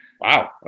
Wow